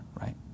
right